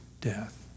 death